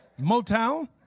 Motown